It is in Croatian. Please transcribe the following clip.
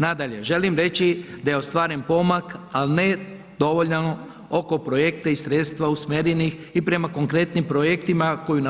Nadalje, želim reći da je ostvaren pomak ali ne dovoljan oko projekta i sredstva usmjerenih i prema konkretnim projektima koji